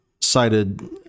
cited